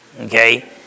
Okay